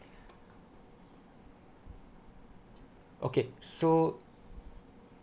okay so